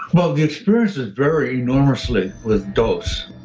well, the experiences vary enormously with dose